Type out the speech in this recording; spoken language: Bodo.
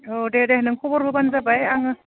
औ दे दे नोंं खबर हरबानो जाबाय आङो